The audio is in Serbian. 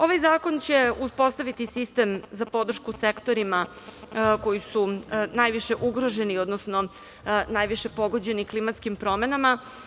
Ovaj zakon će uspostaviti sistem za podršku sektorima koji su najviše ugroženi, odnosno najviše pogođeni klimatskim promenama.